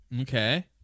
okay